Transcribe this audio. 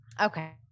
Okay